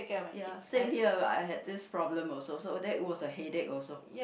ya same here but I had this problem also so that was a headache also